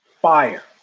fire